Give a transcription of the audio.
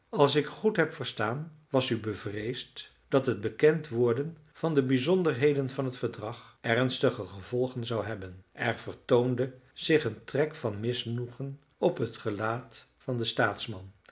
als ik goed heb verstaan was u bevreesd dat het bekend worden van de bijzonderheden van het verdrag ernstige gevolgen zou hebben er vertoonde zich een trek van misnoegen op het gelaat van den